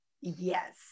Yes